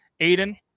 Aiden